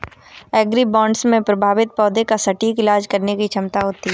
agribots में प्रभावित पौधे का सटीक इलाज करने की क्षमता होती है